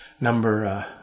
number